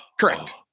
Correct